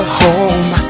home